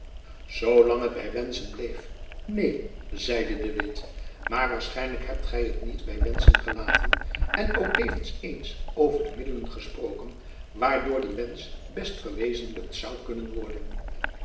zoo lang het by wenschen bleef neen zeide de witt maar waarschijnlijk hebt gy het niet by wenschen gelaten en ook tevens eens over de middelen gesproken waardoor die wensch best verwezenlijkt zoû kunnen worden